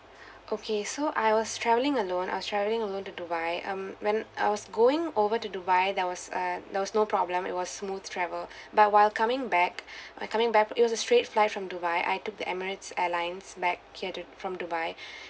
okay so I was traveling alone I was travelling alone to dubai um when I was going over to dubai there was err there was no problem it was smooth travel but while coming back while coming back it was a straight flight from dubai I took the emirates airlines back here to from dubai